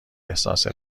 احساس